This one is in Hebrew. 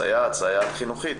סייעת או סייעת חינוכית,